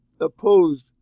opposed